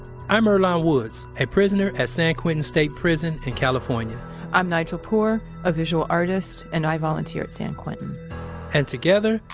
i'm earlonne woods, a prisoner at san quentin state prison in california i'm nigel poor, a visual artist, and i volunteer at san quentin and together,